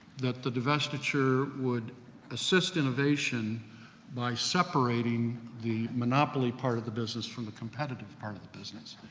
that the divestiture would assist innovation by separating the monopoly part of the business from the competitive part of the business.